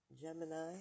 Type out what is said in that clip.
Gemini